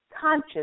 conscious